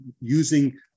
using